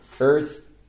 Earth